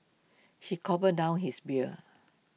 he gulped down his beer